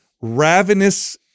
ravenous